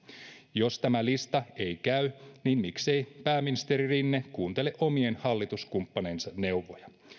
jos tämä lista ei käy niin miksei pääministeri rinne kuuntele omien hallituskumppaniensa neuvoja